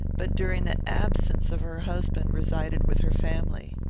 but during the absence of her husband resided with her family.